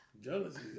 Jealousy